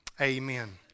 Amen